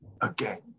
again